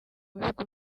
bihugu